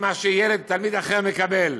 ממה שתלמיד אחר מקבל?